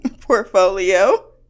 portfolio